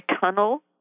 tunnel